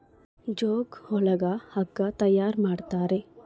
jute ಒಳಗ ಹಗ್ಗ ತಯಾರ್ ಮಾಡುತಾರೆ